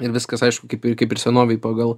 ir viskas aišku kaip ir kaip ir senovėj pagal